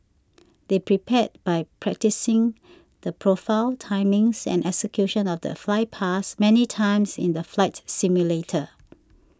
they prepared by practising the profile timings and execution of the flypast many times in the flight simulator